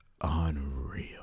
unreal